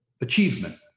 achievement